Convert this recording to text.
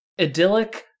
idyllic